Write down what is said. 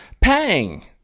Pang